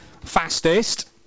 fastest